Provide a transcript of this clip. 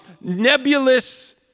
nebulous